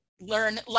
learn